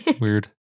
weird